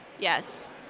Yes